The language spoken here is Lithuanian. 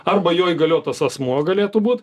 arba jo įgaliotas asmuo galėtų būt